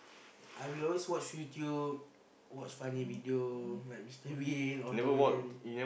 I we always watch YouTube watch funny video like Mr Bean or Tom and Jerry